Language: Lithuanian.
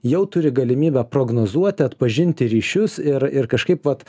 jau turi galimybę prognozuoti atpažinti ryšius ir ir kažkaip vat